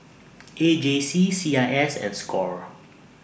A J C C I S and SCORE